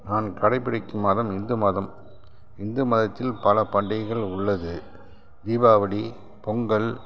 நான் கடைபிடிக்கும் மதம் இந்து மதம் இந்து மதத்தில் பல பண்டிகைகள் உள்ளது தீபாவளி பொங்கல்